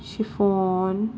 chiffon